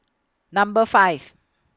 Number five